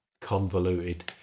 convoluted